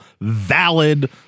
valid